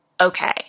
okay